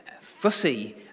fussy